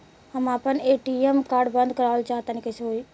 हम आपन ATM card बंद करावल चाह तनि कइसे होई?